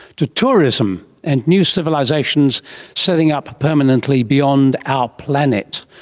to tourism and new civilisations setting up permanently beyond our planet.